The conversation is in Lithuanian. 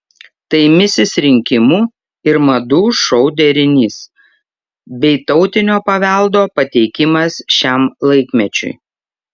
tai misis rinkimų ir madų šou derinys bei tautinio paveldo pateikimas šiam laikmečiui